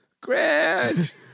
Grant